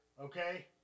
Okay